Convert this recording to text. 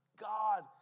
God